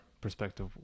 perspective